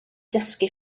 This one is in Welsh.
dysgu